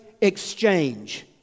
exchange